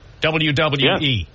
WWE